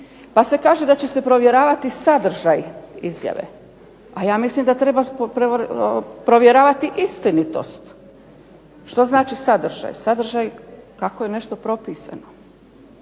Pa se kaže da će se provjeravati sadržaj izjave, a ja mislim da treba provjeravati istinitost. Što znači sadržaj, sadržaj kako je nešto propisano.